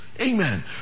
Amen